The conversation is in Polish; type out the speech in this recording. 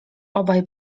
obaj